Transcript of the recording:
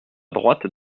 droite